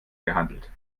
gehandelt